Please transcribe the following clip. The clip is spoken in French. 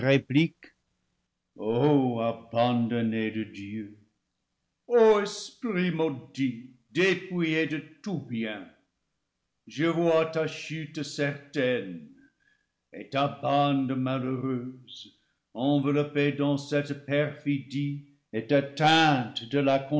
abandonné de dieu ô esprit maudit dépouillé de tout bien je vois ta chute certaine et ta bande malheureuse enveloppée dans cette perfidie est atteinte de la